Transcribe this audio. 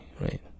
right